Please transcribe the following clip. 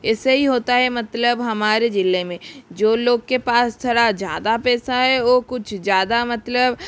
ऐसे ही होता है मतलब हमारे जिले में जो लोग के पास जरा ज़्यादा पैसा है ओ कुछ ज़्यादा मतलब